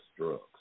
drugs